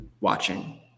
watching